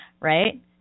Right